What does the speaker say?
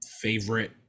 favorite